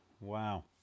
Wow